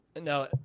No